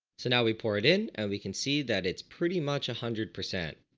so now we pour it in and we can see that it's pretty much a hundred percent.